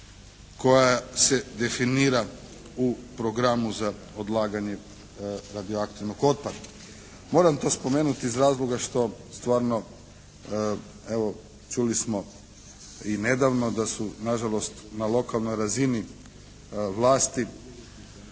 koja se definira u programu za odlaganje radioaktivnog otpada. Moram to spomenuti iz razloga što stvarno evo čuli smo i nedavno da su nažalost na lokalnoj razini vlasti